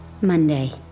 Monday